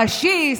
פשיסט,